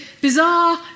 Bizarre